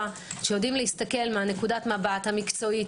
שיודעים להסתכל מנקודת המבט המקצועית,